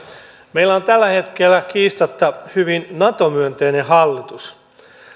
meillä on tällä hetkellä kiistatta hyvin nato myönteinen hallitus